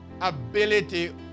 ability